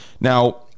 Now